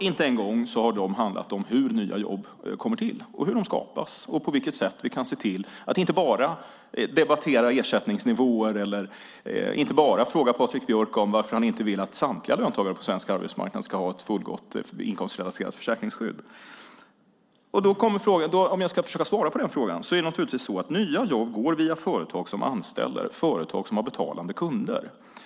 Ingen har handlat om hur nya jobb kommer till, hur de skapas och hur vi kan se till att inte bara debattera ersättningsnivåer eller fråga Patrik Björck varför han inte vill att samtliga löntagare på svensk arbetsmarknad ska ha ett fullgott inkomstrelaterat försäkringsskydd. Nya jobb går naturligtvis via företag som anställer, företag som har betalande kunder.